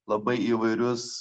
labai įvairius